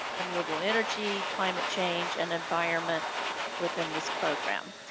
renewable energy, climate change and environment within this program?